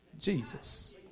Jesus